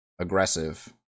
aggressive